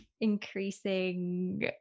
increasing